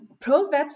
Proverbs